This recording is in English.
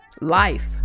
life